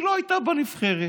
היא לא הייתה בנבחרת,